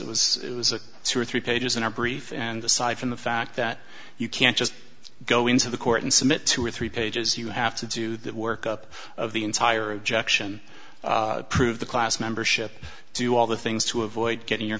gross it was a two or three pages in our brief and aside from the fact that you can't just go into the court and submit two or three pages you have to do that work up the entire objection prove the class membership to all the things to avoid getting your